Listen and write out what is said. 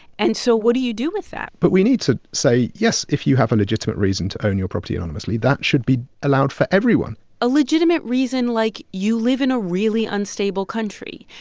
and so what do you do with that? but we need to say, yes, if you have a legitimate reason to own your property anonymously, that should be allowed for everyone a legitimate reason like you live in a really unstable country.